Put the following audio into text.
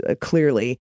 clearly